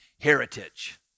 heritage